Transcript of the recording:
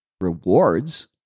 Rewards